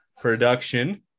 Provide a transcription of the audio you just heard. production